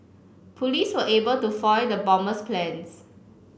police were able to foil the bomber's plans